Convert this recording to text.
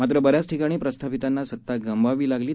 मात्र बऱ्याच ठिकाणी प्रस्थापितांना सत्ता गमवावी लागली आहे